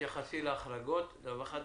תתייחסי להחרגות, דבר אחד.